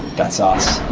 that's ah us.